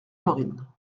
honorine